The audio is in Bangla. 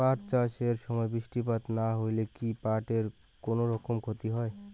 পাট চাষ এর সময় বৃষ্টিপাত না হইলে কি পাট এর কুনোরকম ক্ষতি হয়?